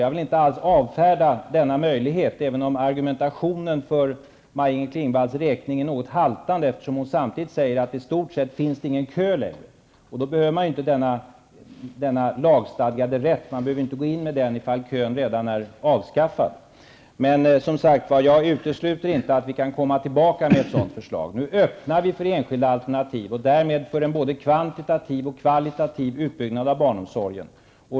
Jag vill inte alls avfärda denna möjlighet, även om Maj-Inger Klingvalls argument är något haltande, eftersom hon samtidigt säger att det i stort sett inte längre finns någon kö. Då behöver man ju inte ha någon lagstadgad rätt. Man behöver inte införa sådan, om kön redan är avskaffad. Som sagt, jag utesluter inte att vi kan återkomma med ett förslag. Nu öppnar vi för enskilda alternativ och därmed för en både kvantitativ och kvalitativ utbyggnad av barnomsorgen.